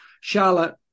Charlotte